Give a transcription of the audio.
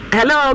Hello